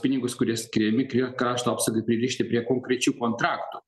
pinigus kurie skiriami krie krašto apsaugai pririšti prie konkrečių kontraktų